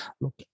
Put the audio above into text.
look